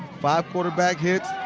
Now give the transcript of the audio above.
five quarterback hits.